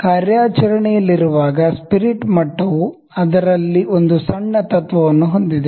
ಕಾರ್ಯಾಚರಣೆಯಲ್ಲಿರುವಾಗ spirit ಮಟ್ಟವು ಅದರಲ್ಲಿ ಒಂದು ಸಣ್ಣ ತತ್ವವನ್ನು ಹೊಂದಿದೆ